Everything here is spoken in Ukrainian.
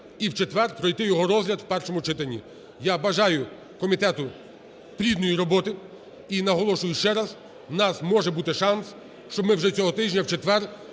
і в четвер пройти його розгляд у першому читанні. Я бажаю комітету плідної роботи і наголошую ще раз: у нас може бути шанс, щоб ми вже цього тижня, у четвер,